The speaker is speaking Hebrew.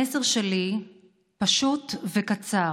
המסר שלי פשוט וקצר.